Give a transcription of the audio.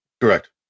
Correct